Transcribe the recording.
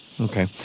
Okay